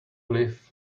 live